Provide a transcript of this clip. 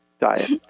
diet